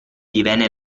divenne